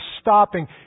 stopping